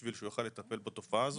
בשביל שהוא יוכל לטפל בתופעה הזאת,